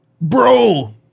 Bro